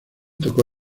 tocó